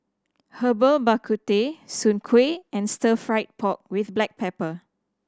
Herbal Bak Ku Teh soon kway and Stir Fry pork with black pepper